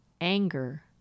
anger